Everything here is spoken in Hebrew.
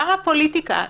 למה פוליטיקה?